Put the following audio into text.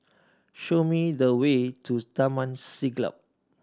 show me the way to Taman Siglap